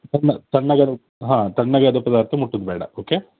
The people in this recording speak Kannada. ತುಂಬ ತಣ್ಣಗಾದ ಹಾಂ ತಣ್ಣಗಾದ ಪದಾರ್ಥ ಮುಟ್ಟೋದ್ಬೇಡ ಓಕೆ